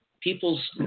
People's